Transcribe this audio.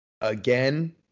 again